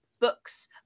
books